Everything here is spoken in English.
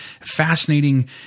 fascinating